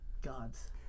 gods